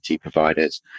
providers